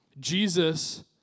Jesus